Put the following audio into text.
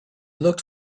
looked